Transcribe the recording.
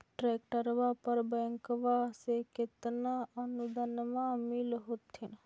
ट्रैक्टरबा पर बैंकबा से कितना अनुदन्मा मिल होत्थिन?